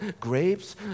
Grapes